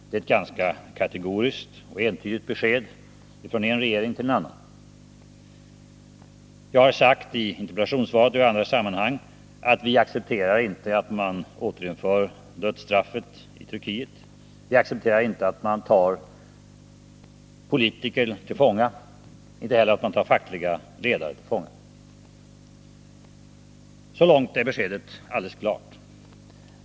Det är ett ganska kategoriskt och entydigt besked från en regering till en annan. Jag har sagt i interpellationssvaret och i andra sammanhang att vi inte accepterar att man återinför dödsstraffet i Turkiet. Vi accepterar inte att man fängslar politiker, inte heller att man spärrar in fackliga ledare. Så långt är beskedet alldeles klart.